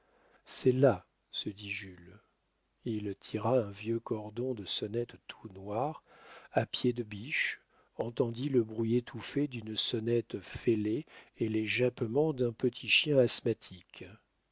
c'est là se dit jules il tira un vieux cordon de sonnette tout noir à pied de biche entendit le bruit étouffé d'une sonnette fêlée et les jappements d'un petit chien asthmatique